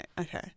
okay